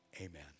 Amen